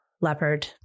leopard